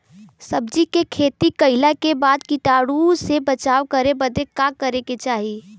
सब्जी के खेती कइला के बाद कीटाणु से बचाव करे बदे का करे के चाही?